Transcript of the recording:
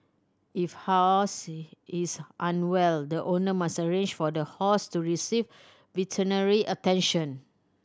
if horses is unwell the owner must arrange for the horse to receive veterinary attention